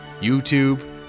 YouTube